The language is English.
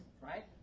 right